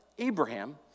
Abraham